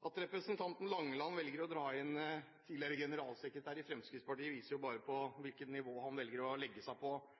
At representanten Langeland velger å dra inn tidligere generalsekretær i Fremskrittspartiet, viser bare hvilket nivå han velger å legge seg på.